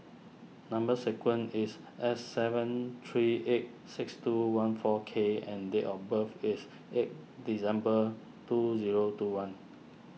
Number Sequence is S seven three eight six two one four K and date of birth is eight December two zero two one